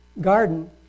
garden